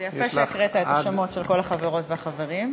זה יפה שקראת את השמות של כל החברות והחברים,